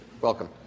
Welcome